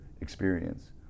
experience